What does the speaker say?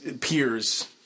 peers